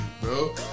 bro